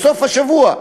בסוף השבוע,